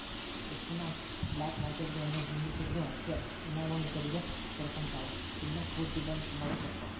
ಎಷ್ಟನ ಬ್ಲಾಕ್ಮಾರ್ಕೆಟ್ಗುಳುನ್ನ ನಿಂದಿರ್ಸಿದ್ರು ಅಷ್ಟೇ ಇನವಂದ್ ಕಡಿಗೆ ತೆರಕಂಬ್ತಾವ, ಇದುನ್ನ ಪೂರ್ತಿ ಬಂದ್ ಮಾಡೋದು ಕಷ್ಟ